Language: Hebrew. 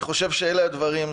אני חושב שאלה הדברים.